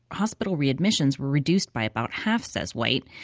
hospital readmissions were reduced by about half, says white.